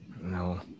no